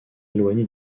éloigné